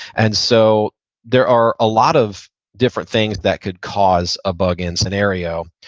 and so there are a lot of different things that could cause a bug-in scenario.